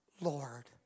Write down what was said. Lord